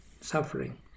suffering